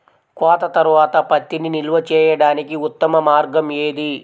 కోత తర్వాత పత్తిని నిల్వ చేయడానికి ఉత్తమ మార్గం ఏది?